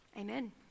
Amen